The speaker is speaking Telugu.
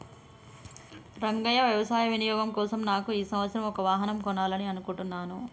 రంగయ్య వ్యవసాయ వినియోగం కోసం నాకు ఈ సంవత్సరం ఒక వాహనం కొనాలని అనుకుంటున్నాను